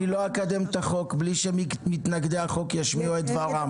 אני לא אקדם את החוק בלי שמתנגדי החוק ישמיעו את דברם.